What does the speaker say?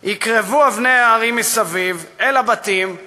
יקרבו אבני ההרים מסביב / אל הבתים /